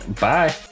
bye